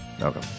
Okay